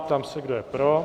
Ptám se, kdo je pro?